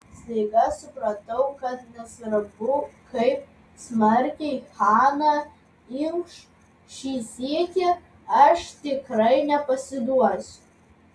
staiga supratau kad nesvarbu kaip smarkiai hana inkš šį sykį aš tikrai nepasiduosiu